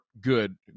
good